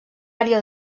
àrea